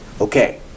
okay